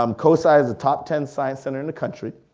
um cosi is a top ten science center in the country.